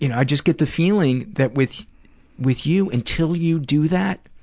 you know i just get the feeling that with with you, until you do that,